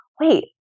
wait